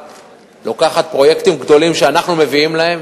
לוקחת פרויקטים גדולים שאנחנו מביאים להם,